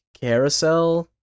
carousel